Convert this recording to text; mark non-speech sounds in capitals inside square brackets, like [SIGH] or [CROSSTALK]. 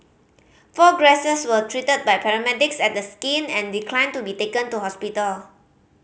four [UNINTELLIGIBLE] were treated by paramedics at the skin and declined to be taken to hospital